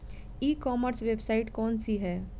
ई commerce website कौन सी है?